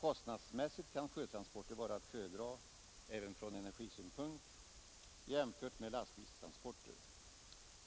Kostnadsmässigt kan sjötransporter vara att föredra — även från energisynpunkt — jämfört med lastbilstransporter.